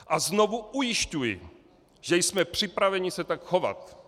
A znovu ujišťuji, že jsme připraveni se tak chovat.